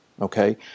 Okay